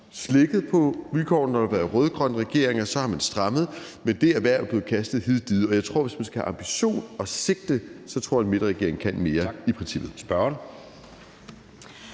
slækket på vilkårene, og når der har været rød-grønne regeringer, har man strammet dem – er det erhverv blevet kastet hid og did, og jeg tror, at hvis man skal have ambition og sigte, kan en midterregering mere, i princippet.